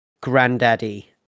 granddaddy